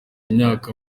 imyaka